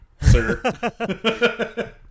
sir